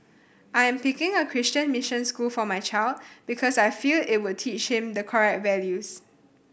I am picking a Christian mission school for my child because I feel it would teach him the correct values